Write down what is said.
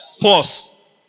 pause